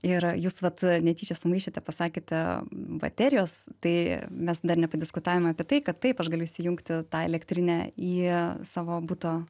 ir jūs vat netyčia sumaišėte pasakėte baterijos tai mes dar ne padiskutavome apie tai kad taip aš galiu įsijungti tą elektrinę į savo buto